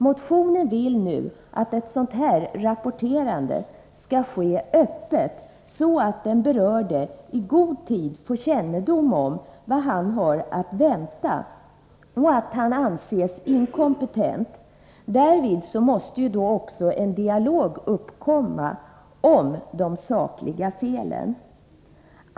Motionen föreslår att sådan rapportering skall ske öppet, så att den berörde i god tid får kännedom om vad han har att vänta och att han anses inkompetent. Därvid måste också en dialog uppkomma om de sakliga felen.